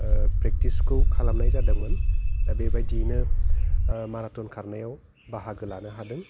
प्रेक्थिसखौ खालामनाय जादोंमोन दा बेबायदियैनो माराथन खारनायाव बाहागो लानो हादों